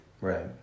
Right